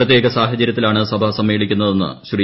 പ്രത്യേക സാഹചരൃത്തിലാണ് സഭ സമ്മേളിക്കുന്നതെന്ന് ശ്രീ